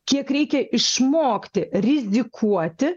kiek reikia išmokti rizikuoti